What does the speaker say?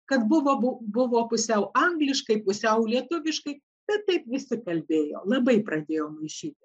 kad buvo bu buvo pusiau angliškai pusiau lietuviškai bet taip visi kalbėjo labai pradėjo maišyti